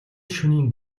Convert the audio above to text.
шөнийн